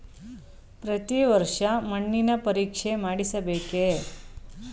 ಪ್ರತಿ ವರ್ಷ ಮಣ್ಣಿನ ಪರೀಕ್ಷೆ ಮಾಡಿಸಬೇಕೇ?